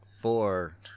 Four